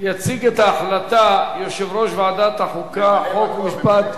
יציג את ההחלטה יושב-ראש ועדת החוקה, חוק ומשפט,